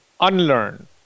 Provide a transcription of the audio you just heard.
unlearn